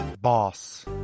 Boss